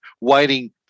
waiting